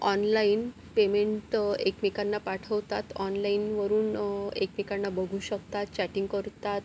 online payment एकमेकांना पाठवतात ऑनलाइनवरून एकमेकांना बघू शकतात चॅटिंग करतात